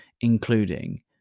including